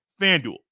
FanDuel